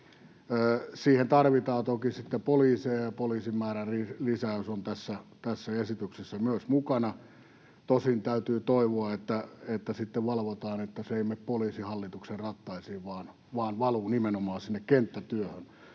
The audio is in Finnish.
Siihen tarvitaan toki sitten poliiseja, ja poliisien määrän lisäys on tässä esityksessä myös mukana. Tosin täytyy toivoa, että sitten valvotaan, että se ei mene Poliisihallituksen rattaisiin vaan valuu nimenomaan sinne kenttätyöhön.